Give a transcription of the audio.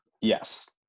yes